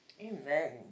amen